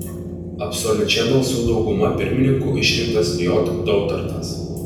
absoliučia balsų dauguma pirmininku išrinktas j dautartas